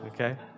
Okay